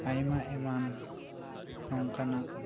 ᱟᱭᱢᱟ ᱮᱢᱟᱱ ᱱᱚᱝᱠᱟᱱᱟᱜ